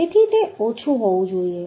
તેથી તે ઓછું હોવું જોઈએ